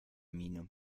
miene